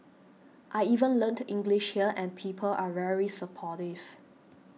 I even learnt English here and people are very supportive